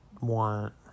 want